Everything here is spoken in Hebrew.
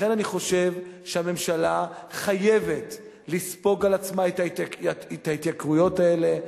לכן אני חושב שהממשלה חייבת לספוג את ההתייקרויות האלה,